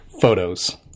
photos